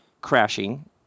Crashing